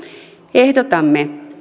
ehdotamme